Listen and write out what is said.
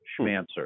Schmancer